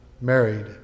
married